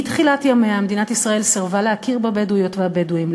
מתחילת ימיה מדינת ישראל סירבה להכיר בבדואיות ובבדואים,